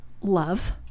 love